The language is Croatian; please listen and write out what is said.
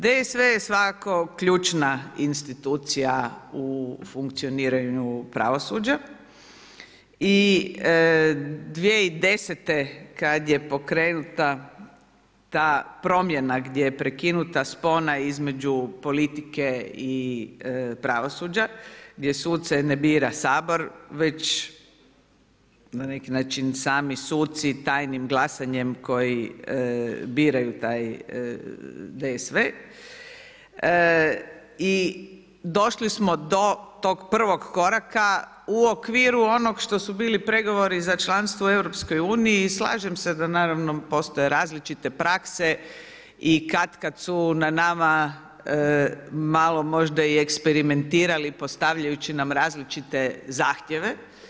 DSV je svakako ključna institucija u funkcioniranju pravosuđa i 2010. kada je pokrenuta ta promjena gdje je prekinuta spona između politike i pravosuđa, gdje suce ne bira Sabor već na neki način sami suci tajnim glasanjem koji biraju taj DSV i došli smo do tog prvog koraka u okviru onog što su bili pregovori za članstvo u EU i slažem se postoje različite prakse i katkad su na nama malo možda i eksperimentirali postavljajući nam različite zahtjeve.